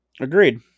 agreed